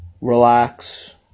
Relax